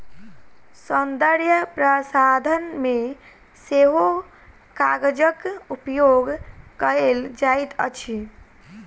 सौन्दर्य प्रसाधन मे सेहो कागजक उपयोग कएल जाइत अछि